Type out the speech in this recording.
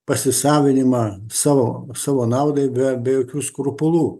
pasisavinimą savo savo naudai be be jokių skrupulų